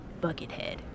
Buckethead